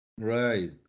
Right